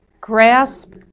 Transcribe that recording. grasp